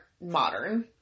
modern